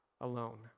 alone